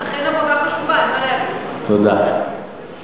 אכן עבודה חשובה, אין